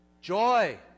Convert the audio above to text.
Joy